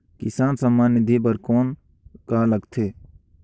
किसान सम्मान निधि बर कौन का लगथे?